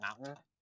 mountain